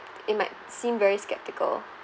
it might seem very skeptical